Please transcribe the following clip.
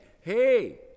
Hey